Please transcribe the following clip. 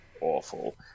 awful